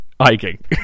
hiking